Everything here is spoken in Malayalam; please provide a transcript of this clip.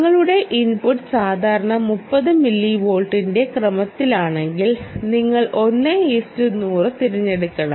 നിങ്ങളുടെ ഇൻപുട്ട് സാധാരണ 30 മില്ലിവോൾട്ടിന്റെ ക്രമത്തിലാണെങ്കിൽ നിങ്ങൾ 1 100 തിരഞ്ഞെടുക്കണം